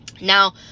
Now